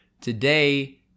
today